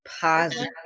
positive